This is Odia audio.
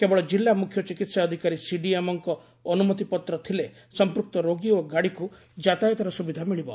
କେବଳ ଜିଲ୍ଲା ମୁଖ୍ୟ ଚିକିହାଧିକାରୀ ସିଡ଼ିଏମଓଙ୍କ ଅନୁମତି ପତ୍ର ଥିଲେ ସମ୍ମକ୍ତ ରୋଗୀ ଓ ଗାଡିକୁ ଯାତାୟାତର ସୁବିଧା ମିଳିବ